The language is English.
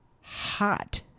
hot